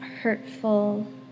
hurtful